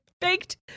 Baked